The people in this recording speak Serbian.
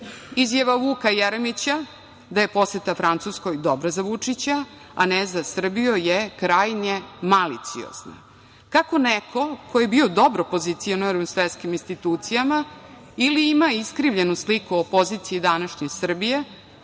Vuka Jeremića da je poseta Francuskoj dobra za Vučića a ne za Srbiju je krajnje maliciozna. Kako neko ko je bio dobro pozicioniran u svetskim institucijama ili ima iskrivljenu sliku o poziciji današnje Srbije